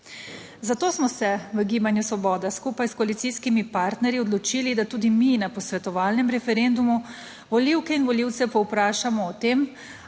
Zato smo se v Gibanju Svoboda skupaj s koalicijskimi partnerji odločili, da tudi mi na posvetovalnem referendumu volivke in volivce povprašamo o tem,